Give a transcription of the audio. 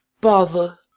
bother